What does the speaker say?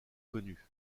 connue